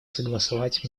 согласовать